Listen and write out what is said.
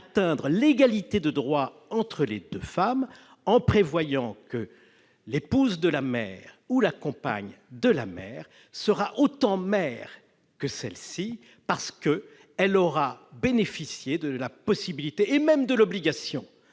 l'égalité de droits entre les deux femmes en prévoyant que l'épouse ou la compagne de la mère sera autant mère que celle-ci, parce qu'elle aura bénéficié de la possibilité- ce sera même une obligation